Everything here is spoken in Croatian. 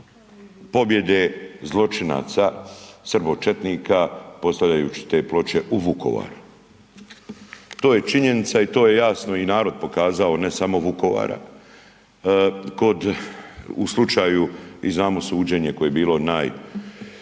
pobjede zločinaca srbočetnika postavljajući te ploče u Vukovar. To je činjenica i to je jasno i narod pokazao, ne samo Vukovara, kod u slučaju i znamo suđenje koje je bilo naj i